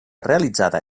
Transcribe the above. realitzada